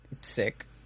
Sick